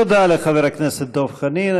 תודה לחבר הכנסת דב חנין.